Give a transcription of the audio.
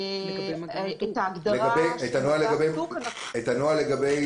את הנוהל לגבי